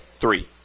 three